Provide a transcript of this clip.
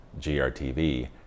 GRTV